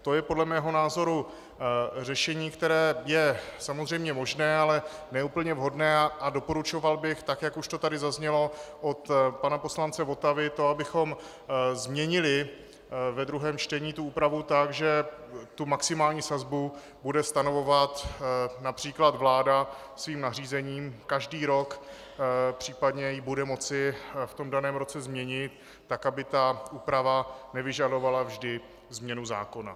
To je podle mého názoru řešení, které je samozřejmě možné, ale ne úplně vhodné, a doporučoval bych, tak jak už to tady zaznělo od pana poslance Votavy, abychom změnili ve druhém čtení úpravu tak, že maximální sazbu bude stanovovat např. vláda svým nařízením každý rok, případně ji bude moci v daném roce změnit, tak aby úprava nevyžadovala vždy změnu zákona.